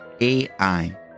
AI